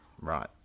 Right